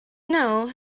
know